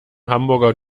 hamburger